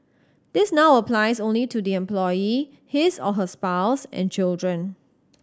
this now applies only to the employee his or her spouse and children